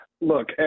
Look